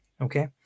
okay